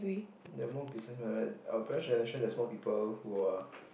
they're more business minded our parents generation there's more people who are